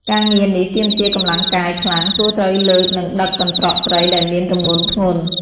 ការងារនេះទាមទារ កម្លាំងកាយ ខ្លាំង ព្រោះត្រូវលើកនិងដឹកកន្ត្រកត្រីដែលមានទម្ងន់ធ្ងន់។